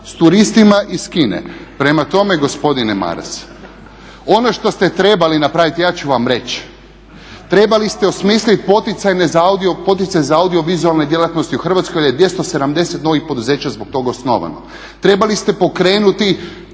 s turistima iz Kine. Prema tome gospodine Maras, ono što ste trebali napraviti ja ću vam reći, trebali ste osmislit poticaj za audiovizualne djelatnosti u Hrvatskoj jer je 270 novih poduzeća zbog tog osnovano. Trebali ste pokrenuti